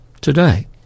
today